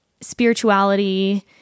spirituality